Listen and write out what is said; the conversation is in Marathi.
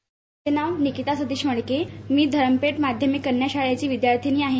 बाईट माझे नाव निकीता सतीश मोडके मी धरमपेठ माध्यमिक कन्या शाळेची विदयार्थीनी आहे